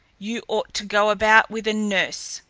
you ought to go about with a nurse!